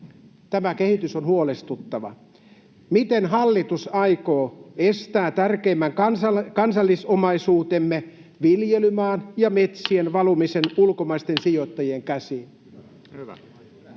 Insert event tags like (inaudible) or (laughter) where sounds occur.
Tämä kehitys on huolestuttavaa. Miten hallitus aikoo estää tärkeimmän kansallisomaisuutemme, viljelymaan ja metsien, (noise) valumisen ulkomaisten sijoittajien käsiin?